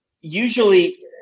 Usually